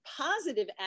positive